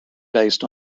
based